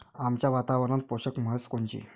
आमच्या वातावरनात पोषक म्हस कोनची?